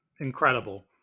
incredible